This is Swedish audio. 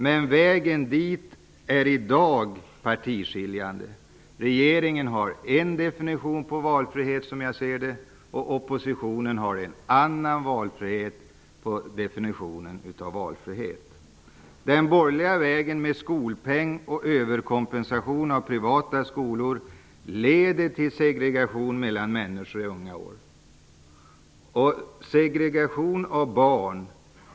Men vägen dit är i dag partiskiljande. Regeringen har en definition på valfrihet, och oppositionen har en annan definition av valfrihet. Den borgerliga vägen med skolpeng och överkompensation av privata skolor leder till segregation mellan människor i unga år.